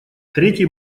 третий